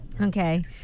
Okay